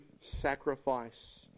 sacrifice